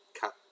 cut